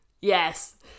yes